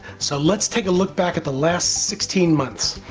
so let's take a look back at the last sixteen months.